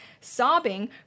sobbing